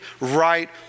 right